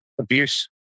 abuse